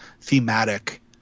thematic